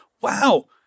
Wow